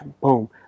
boom